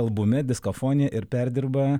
albume disko fonija ir perdirba